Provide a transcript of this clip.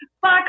fuck